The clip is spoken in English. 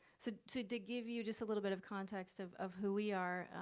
so, to to give you just a little bit of context of of who we are,